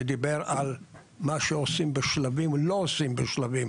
שדיבר על מה שעושים בשלבים לא עושים בשלבים.